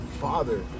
father